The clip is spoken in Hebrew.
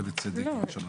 ובצדק,